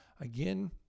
again